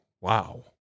wow